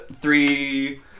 three